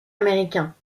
américains